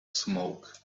smoke